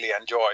enjoy